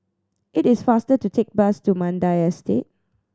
it is faster to take bus to Mandai Estate